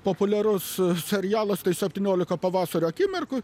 populiarus serialas septyniolika pavasario akimirkų